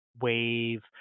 wave